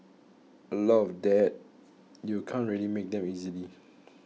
a lot of that you can't really make them easily